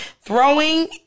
throwing